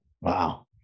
Wow